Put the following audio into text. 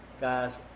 Guys